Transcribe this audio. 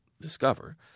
discover